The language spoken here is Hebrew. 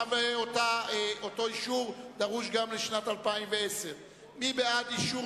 אותו אישור דרוש גם לשנת 2010. מי בעד אישור